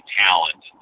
talent